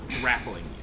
grappling